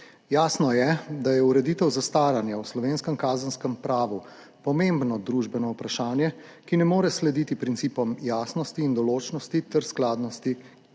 Jasno je, da je ureditev zastaranja v slovenskem kazenskem pravu pomembno družbeno vprašanje, ki mora slediti principom jasnosti in določnosti ter skladnosti